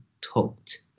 talked